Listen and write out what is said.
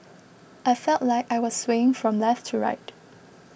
I felt like I was swaying from left to right